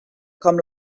com